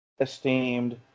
esteemed